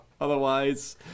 Otherwise